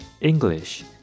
English